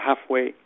halfway